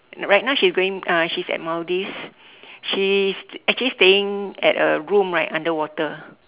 right now she going uh she's at Maldives she's actually staying at a room right underwater